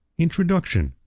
introduction,